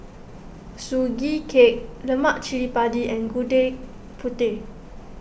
Sugee Cake Lemak Cili Padi and Gudeg Putih